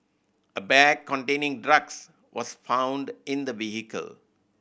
a bag containing drugs was found in the vehicle